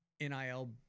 NIL